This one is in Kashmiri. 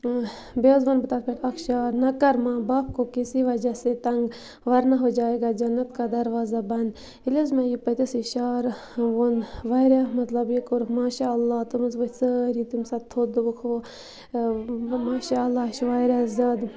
بیٚیہِ حظ وَنہٕ بہٕ تَتھ پٮ۪ٹھ اَکھ شعر نہ کَر ماں باپ کو کسی وجہ سے تنٛگ وَرنہ ہو جایے گا جنت کا دَروازہ بَنٛد ییٚلہِ حظ مےٚ یہِ پٔتِس یہِ شعار ووٚن واریاہ مَطلَب یہِ کوٚرُکھ ماشاء اللہ تِم حظ ؤتھۍ سٲری تمہِ ساتہٕ تھوٚد دوٚپُکھ ہُہ ماشاء اللہ چھِ واریاہ زیادٕ